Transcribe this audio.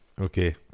Okay